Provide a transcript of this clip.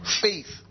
faith